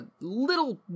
little